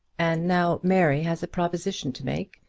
and now mary has a proposition to make,